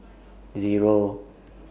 Zero